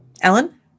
Ellen